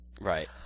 Right